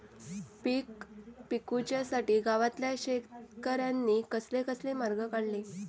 पीक विकुच्यासाठी गावातल्या शेतकऱ्यांनी कसले कसले मार्ग काढले?